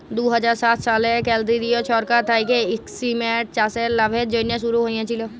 দু হাজার সাত সালে কেলদিরিয় সরকার থ্যাইকে ইস্কিমট চাষের লাভের জ্যনহে শুরু হইয়েছিল